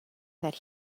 that